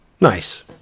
Nice